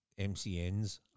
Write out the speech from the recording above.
MCNs